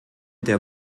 der